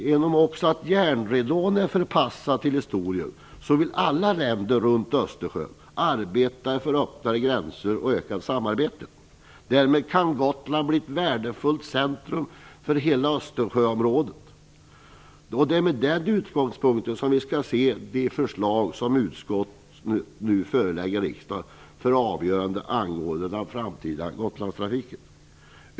Genom att också järnridån är förpassad till historien vill alla länder runt Östersjön arbeta för öppnare gränser och ökat samarbete. Därmed kan Gotland bli ett värdefullt centrum för hela Östersjöområdet. Det är med den utgångspunkten vi skall se det förslag angående den framtida Gotlandstrafiken som utskottet nu förelägger riksdagen för avgörande.